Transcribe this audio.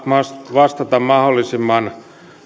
vastata mahdollisimman